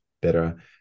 better